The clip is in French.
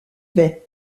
vais